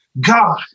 God